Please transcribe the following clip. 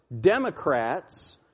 Democrats